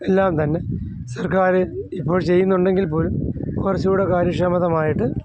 എല്ലാം തന്നെ സർക്കാർ ഇപ്പോൾ ചെയ്യുന്നുണ്ടെങ്കിൽ പോ കുറച്ചു കൂടെ കാര്യക്ഷമമായിട്ട്